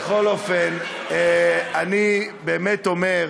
בכל אופן, אני אומר,